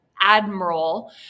admiral